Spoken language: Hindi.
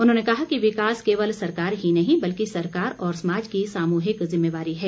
उन्होंने कहा कि विकास केवल सरकार ही नहीं बल्कि सरकार और समाज की सामूहिक जिम्मेवारी है